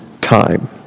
time